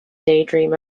daydream